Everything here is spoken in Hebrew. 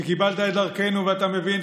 שקיבלת את דרכנו ואתה מבין,